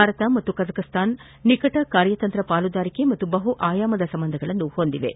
ಭಾರತ ಮತ್ತು ಕಜಕಸ್ತಾನ ನಿಕಟ ಕಾರ್ಯತಂತ್ರ ಪಾಲುದಾರಿಕೆ ಮತ್ತು ಬಹು ಆಯಾಮದ ಸಂಬಂಧಗಳನ್ನು ಹೊಂದಿವೆ